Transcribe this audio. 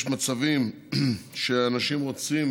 יש מצבים שאנשים רוצים